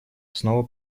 снова